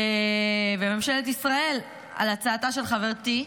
ממשלת ישראל, על הצעתה של חברתי,